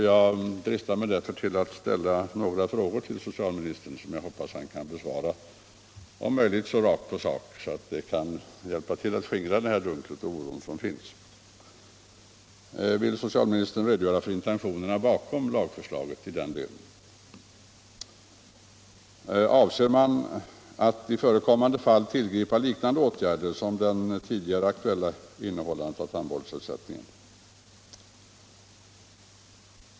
Jag dristar mig därför till att ställa några frågor till socialministern, som jag hoppas att han kan besvara om möjligt rakt på sak så att det kan hjälpa till att skingra den oro som finns. 1. Vill socialministern redogöra för intentionerna bakom lagförslaget i den del som rör regeringsbefogenheterna? 2. Avser man att i förekommande fall tillgripa liknande åtgärder som den tidigare aktuella med innehållandet av tandvårdsersättningen?